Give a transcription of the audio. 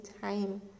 time